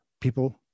people